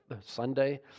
Sunday